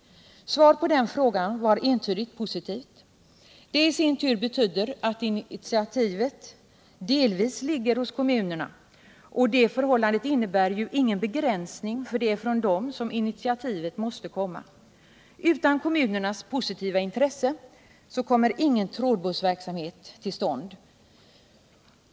Svaret på frågan var entydigt positivt. Det betyder att initiativet ligger hos kommunerna, och det förhållandet innebär ju ingen begränsning, eftersom det är från dem som initiativen måste komma. Utan kommunernas positiva intresse kommer ingen trådbussverksamhet till stånd.